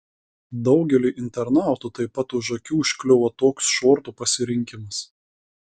daugeliui internautų taip pat už akių užkliuvo toks šortų pasirinkimas